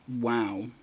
Wow